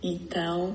Então